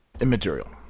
immaterial